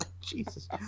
Jesus